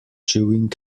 chewing